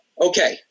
Okay